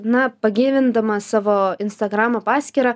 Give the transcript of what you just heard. na pagyvindama savo instagramo paskyrą